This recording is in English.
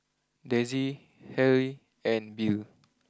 Dezzie Halle and Bill